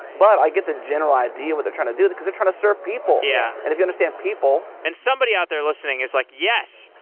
but, i get the general idea what they're trying to do because they're trying to serve people yeah and if you understand people and, somebody out there listening is like, yes,